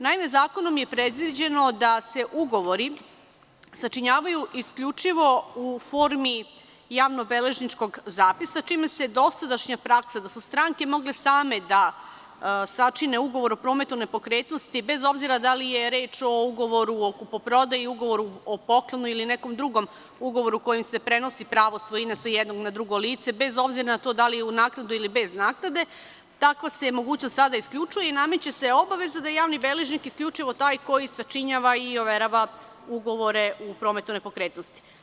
Naime, zakonom je predviđeno da se ugovori sačinjavaju isključivo u formi javnobeležničkog zapisa čime se dosadašnja praksa da su stranke mogle same da sačine ugovor o prometu nepokretnosti, bez obzira da li je reč o ugovoru o kupoprodaji ili ugovoru o poklonu ili nekom drugom ugovoru kojim se prenosi pravo svojine sa jedno na drugo lice, bez obzira na to da li je uz naknadu li bez naknade, takva se mogućnost sada isključuje i nameće se obaveza da javni beležnik isključivo taj koji sačinjava i overava ugovore u prometu nepokretnosti.